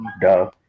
Duh